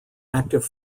active